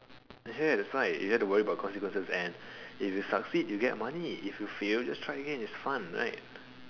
ya that's why you don't have to worry about consequences and if you succeed you get money if you fail just try again it's fun right